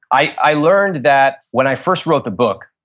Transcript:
i i learned that when i first wrote the book,